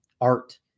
art